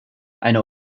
eine